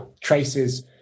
traces